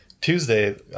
Tuesday